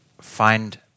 find